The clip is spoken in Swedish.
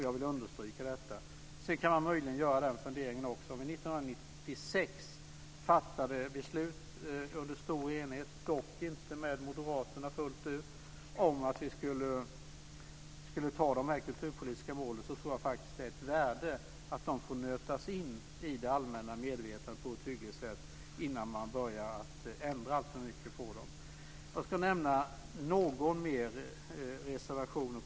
Jag vill understryka detta. Man kan möjligen göra en annan fundering också. År 1996 fattades beslut under stor enighet - dock inte med Moderaterna fullt ut - om att vi skulle anta de här kulturpolitiska målen. Jag tror faktiskt att det är av värde att de får nötas in i det allmänna medvetandet på ett hyggligt sätt innan man börjar ändra alltför mycket på dem. Jag ska kommentera någon mer reservation.